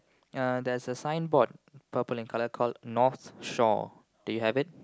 uh there's a signboard purple in colour called North Shore do you have it